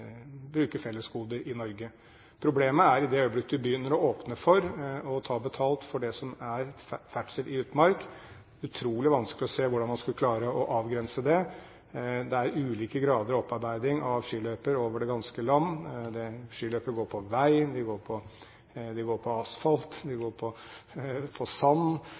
bruke fellesgoder i Norge. Problemet oppstår i det øyeblikk man begynner å åpne for å ta betalt for det som er ferdsel i utmark. Det er utrolig vanskelig å se hvordan man skulle klare å avgrense det. Det er ulike grader av opparbeiding av skiløyper over det ganske land. Skiløyper går på vei, de går på asfalt, de går på sand – de er opparbeidet på